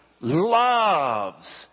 loves